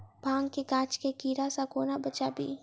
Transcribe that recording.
भांग केँ गाछ केँ कीड़ा सऽ कोना बचाबी?